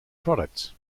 products